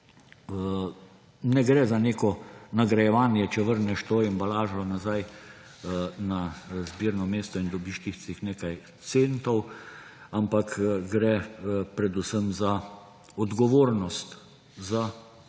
ne gre za neko nagrajevanje, če vrneš to embalažo nazaj na zbirno mesto in dobiš tistih nekaj centov, ampak gre predvsem za odgovornost; za